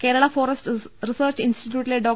Kerala forest research ഇൻസ്റ്റിറ്റ്യൂട്ടിലെ ഡോ